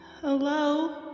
Hello